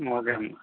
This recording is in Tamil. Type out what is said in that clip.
ம் ஓகே மேம்